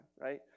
right